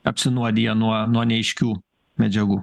apsinuodiję nuo nuo neaiškių medžiagų